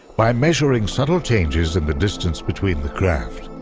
by measuring subtle changes in the distance between the craft,